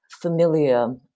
familiar